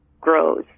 grows